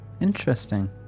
interesting